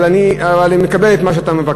אבל אני מקבל את מה שאתה מבקש,